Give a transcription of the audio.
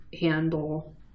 handle